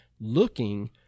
looking